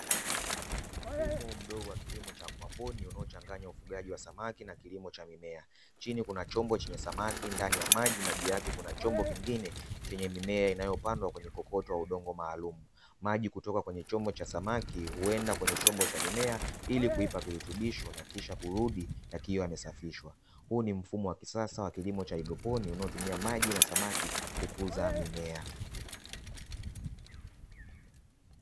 Mfumo mdogo wa kilimo cha haidroponi unaochanganya ufugaji wa samaki na kilimo cha mimea chini kuna chombo chenye samaki ndani ya maji na juu yake kuna chombo kingine chenye mimea inayopandwa kwenye kokoto wa udongo maalum. Maji kutoka kwenye chombo cha samaki huenda kwenye chombo cha mimea ili kuipa virutubisho na kisha kurudi yakiwa yamesafishwa. Huu ni mfumo wa kisasa wa kilimo cha haidroponi unaotumia maji na samaki kukuza mimea.